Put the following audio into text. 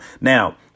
now